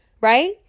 Right